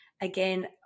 again